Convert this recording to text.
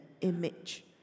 image